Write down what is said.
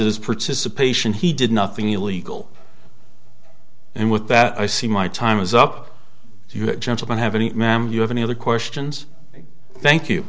as participation he did nothing illegal and with that i see my time is up you gentlemen have any ma'am you have any other questions thank you